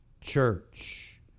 church